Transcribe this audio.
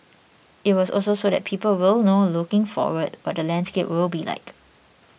it was also so that people will know looking forward what the landscape will be like